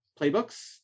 playbooks